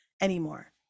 anymore